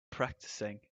practicing